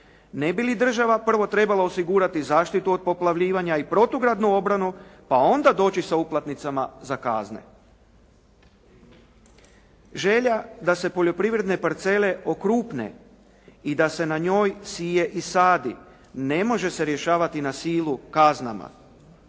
Ne bi li država prvo trebala osigurati zaštitu od poplavljivanja i protugradnu obranu pa onda doći sa uplatnicama za kazne? Želja da se poljoprivredne parcele okrupne i da se na njoj sije i sadi ne može se rješavati na silu kaznama.